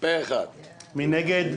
מי נגד?